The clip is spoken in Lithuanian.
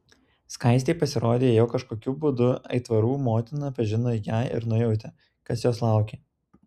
skaistei pasirodė jog kažkokiu būdu aitvarų motina pažino ją ir nujautė kas jos laukia